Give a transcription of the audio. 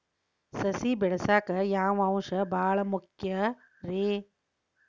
ಸಸಿ ಬೆಳೆಯಾಕ್ ಯಾವ ಅಂಶ ಭಾಳ ಮುಖ್ಯ ರೇ?